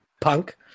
Punk